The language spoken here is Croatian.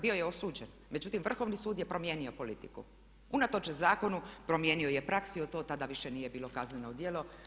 Bio je osuđen, međutim Vrhovni sud je promijenio politiku, unatoč zakonu promijenio je praksu i to od tada više nije bilo kazneno djelo.